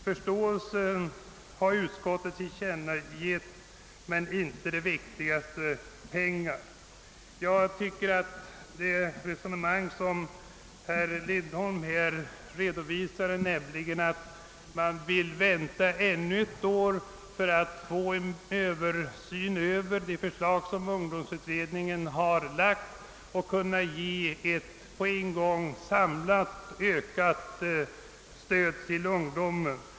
Förståelse har utskottet tillkännagivit, men det har inte velat ge det viktigaste: pengar. Herr Lindholm sade att man vill vänta ännu ett år för att kunna få en översyn av de förslag som ungdomsutredningen lagt fram och därefter på en gång ge ungdomen ett samlat, ökat stöd.